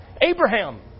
Abraham